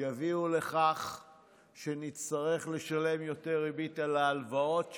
יביאו לכך שנצטרך לשלם יותר ריבית על ההלוואות שלנו,